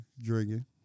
drinking